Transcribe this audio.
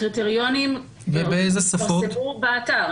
הקריטריונים יתפרסמו באתר.